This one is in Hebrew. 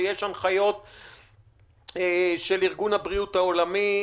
ויש הנחיות של ארגון הבריאות העולמי,